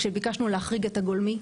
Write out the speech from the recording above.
כשביקשנו להחריג את הגולמי.